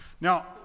Now